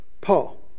Paul